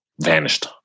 vanished